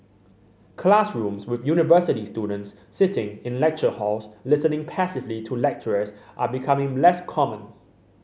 classrooms with university students sitting in lecture halls listening passively to lecturers are becoming less common